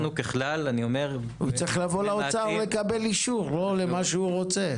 הוא צריך לבוא לאוצר ולקבל אישור למה שהוא רוצה.